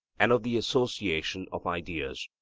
and of the association of ideas.